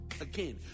Again